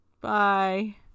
Bye